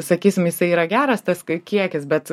sakysim jisai yra geras tas kiekis bet